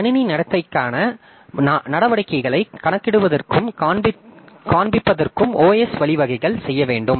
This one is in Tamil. கணினி நடத்தைக்கான நடவடிக்கைகளை கணக்கிடுவதற்கும் காண்பிப்பதற்கும் OS வழிவகை செய்ய வேண்டும்